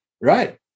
Right